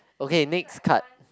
okay next card